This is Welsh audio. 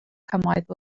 cymoedd